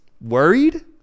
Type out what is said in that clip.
worried